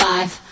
Five